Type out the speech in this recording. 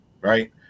right